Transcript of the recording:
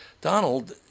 Donald